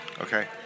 Okay